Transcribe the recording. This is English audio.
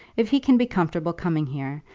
if he can be comfortable coming here,